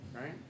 right